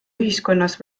ühiskonnas